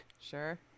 Sure